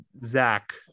Zach